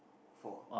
four